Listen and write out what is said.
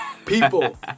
People